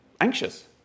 anxious